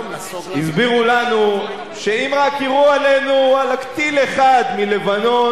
הסבירו לנו שאם רק יירו עלינו רק טיל אחד מלבנון,